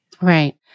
Right